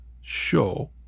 show